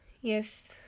yes